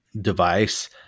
device